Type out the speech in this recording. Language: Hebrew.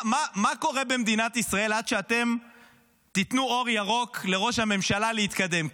מה יקרה במדינת ישראל עד שאתם תיתנו אור ירוק לראש הממשלה להתקדם?